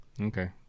Okay